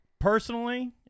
Personally